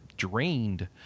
drained